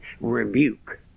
rebuke